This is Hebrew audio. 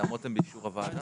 ההתאמות הן באישור הוועדה?